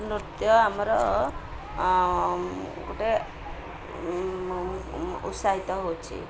ନୃତ୍ୟ ଆମର ଗୋଟେ ଉତ୍ସାହିତ ହେଉଛି